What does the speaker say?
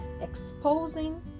exposing